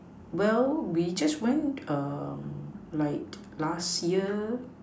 well we just went um like last year